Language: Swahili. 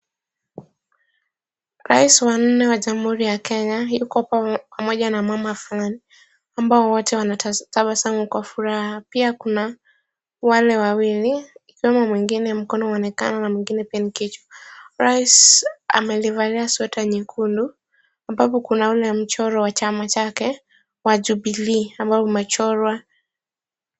Raisi wa nne wa jamhuri ya Kenya yuko pamoja na mama fulani ambao wote wanatabasamu kwa furaha, pia kuna wale wawili, kama mwingine mkono unaonekana na mwingine pia ni kichwa. Rais amevalia sweta nyekundu ambapo kuna ule mchoro wa chama chake cha Jubilee ambao umechorwa.